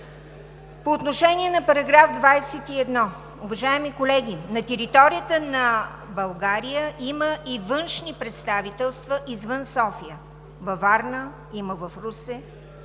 По отношение на § 21. Уважаеми колеги, на територията на България има и външни представителства – извън София. Има във Варна, в Русе,